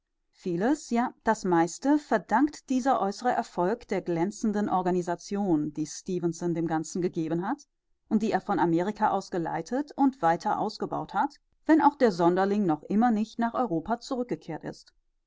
vieles ja das meiste verdankt dieser äußere erfolg der glänzenden organisation die stefenson dem ganzen gegeben hat und die er von amerika aus geleitet und weiter ausgebaut hat wenn auch der sonderling noch immer nicht nach europa zurückgekehrt ist